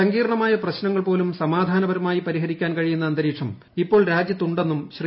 സങ്കീർണ്ണമായ പ്രശ്നങ്ങൾ പോലും സമാധാനപരമായി പരിഹരിക്കാൻ കഴിയുന്ന അന്തരീക്ഷം ഇപ്പോൾ രാജ്യത്തുണ്ടന്നും ശ്രീ